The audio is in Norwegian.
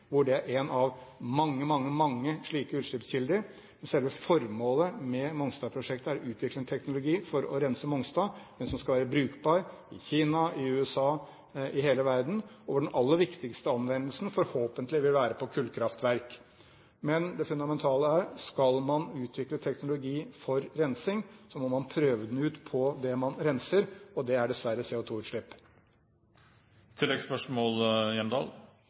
hvor de er én av mange, mange slike utslippskilder. Selve formålet med Mongstad-prosjektet er å utvikle en teknologi for å rense Mongstad, men som skal være brukbar i Kina, i USA, i hele verden, og hvor den aller viktigste anvendelsen forhåpentlig vil være på kullkraftverk. Men det fundamentale er: Skal man utvikle teknologi for rensing, må man prøve den ut på det man renser, og det er dessverre